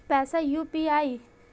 पैसा यू.पी.आई?